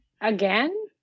Again